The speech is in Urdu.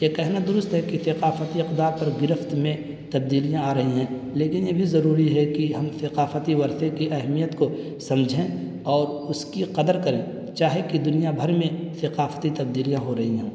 یہ کہنا درست ہے کہ ثقافتی اقدار پر گرفت میں تبدیلیاں آ رہی ہیں لیکن یہ بھی ضروری ہے کہ ہم ثقافتی ورثے کی اہمیت کو سمجھیں اور اس کی قدر کریں چاہے کہ دنیا بھر میں ثقافتی تبدیلیاں ہو رہی ہوں